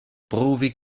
pruvi